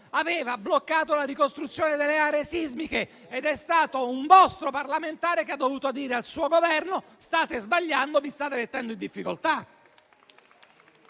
aveva bloccato la ricostruzione delle aree sismiche. Un vostro parlamentare ha dovuto dire al suo Governo che stava sbagliando e stava mettendosi in difficoltà.